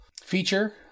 feature